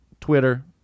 Twitter